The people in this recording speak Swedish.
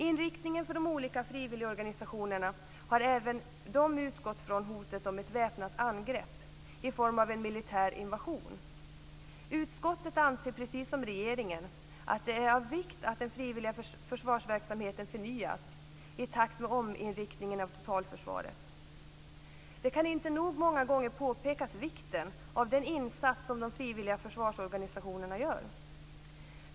Inriktningen för de olika frivilligorganisationerna har även den utgått från hotet om ett väpnat angrepp i form av en militär invasion. Utskottet anser precis som regeringen att det är av vikt att den frivilliga försvarsverksamheten förnyas i takt med ominriktningen av totalförsvaret. Vikten av den insats som de frivilliga försvarsorganisationerna gör kan inte nog många gånger påpekas.